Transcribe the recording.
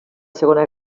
segona